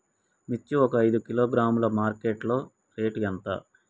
మిర్చి ఒక ఐదు కిలోగ్రాముల మార్కెట్ లో రేటు ఎంత?